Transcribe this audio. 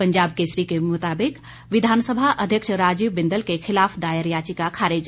पंजाब केसरी के मुताबिक विधानसभा अध्यक्ष राजीव बिंदल के खिलाफ दायर याचिका खारिज